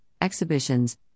exhibitions